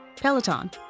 Peloton